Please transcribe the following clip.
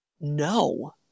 No